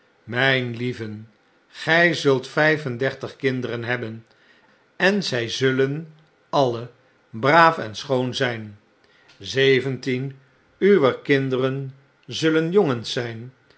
zeide mjjnlieven gy zult vgf en dertig kinderen hebben en zjj zullen alle braaf enschoonzjjn zeventien uwer kinderen zullen jongens zijn